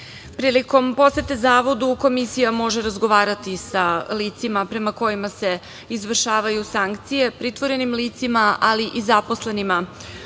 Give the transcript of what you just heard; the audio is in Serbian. Prilikom posete zavodu Komisija može razgovarati sa licima prema kojima se izvršavaju sankcije, pritvorenim licima, ali i zaposlenima